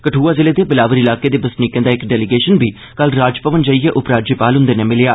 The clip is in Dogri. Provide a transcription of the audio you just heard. कठुआ जिले दे बिलावर इलाके दे बसनीकें दा इक डेलीगेशन बी कल राजभवन जाइयै उपराज्यपाल हुंदे'नै मिलेया